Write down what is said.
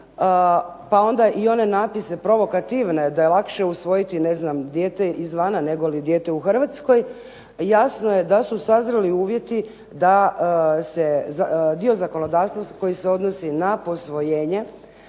pa onda i one napise provokativne da je lakše usvojiti dijete izvana nego li dijete u Hrvatskoj jasno je da su sazreli uvjeti da se dio zakonodavstva koji se odnosi na posvojenje